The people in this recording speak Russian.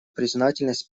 признательность